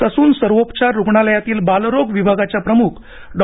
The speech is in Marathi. ससून सर्वोपचार रुग्णालयातील बालरोग विभागाच्या प्रमुख डॉ